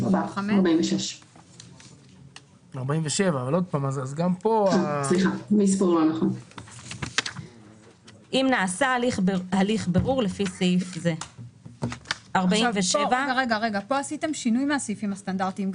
35". פה עשיתם שינוי מן הסעיפים הסטנדרטיים.